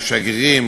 שגרירים,